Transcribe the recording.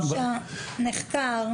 נחקר.